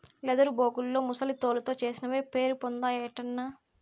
leather బేగుల్లో ముసలి తోలుతో చేసినవే పేరుపొందాయటన్నా